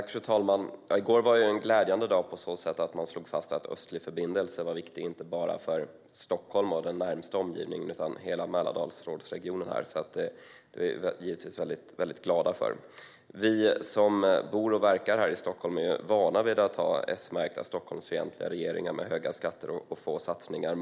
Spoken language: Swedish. Fru talman! I går var en glädjande dag på så sätt att man slog fast att en östlig förbindelse var viktig inte bara för Stockholm och den närmaste omgivningen utan för hela Mälardalsregionen. Det är vi givetvis väldigt glada för. Vi som bor och verkar här i Stockholm är vana vid att ha S-märkta Stockholmsfientliga regeringar med höga skatter och få satsningar.